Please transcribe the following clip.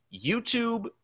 YouTube